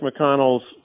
McConnell's